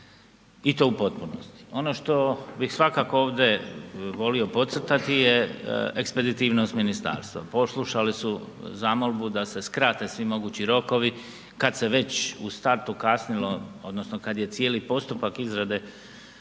i to u potpunosti. Ono što bi svakako ovdje volio podcrtati je ekspeditivnost ministarstva. Poslušali su zamolbu da se skrate svi mogući rokovi kad se već u startu kasnilo odnosno kad je cijeli postupak izrade